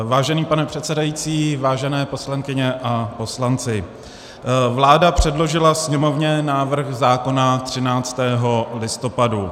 Vážený pane předsedající, vážené poslankyně a poslanci, vláda předložila Sněmovně návrh zákona 13. listopadu 2019.